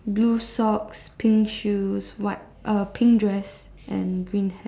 blue socks pink shoes white uh pink dress and green hat